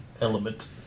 element